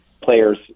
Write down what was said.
players